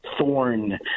thorn